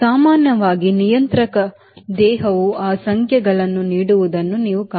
ಸಾಮಾನ್ಯವಾಗಿ ನಿಯಂತ್ರಕ ದೇಹವು ಆ ಸಂಖ್ಯೆಗಳನ್ನು ನೀಡುವುದನ್ನು ನೀವು ಕಾಣಬಹುದು